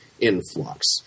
Influx